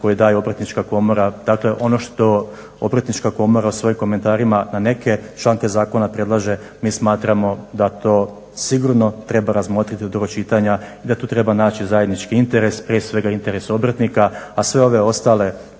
koje daju obrtnička komora, dakle ono što obrtnička komora u svojim komentarima na neke članke zakona predlaže, mi smatramo da to sigurno treba razmotriti do drugog čitanja i da tu treba naći zajednički interes, prije svega interes obrtnika, a sve ove ostale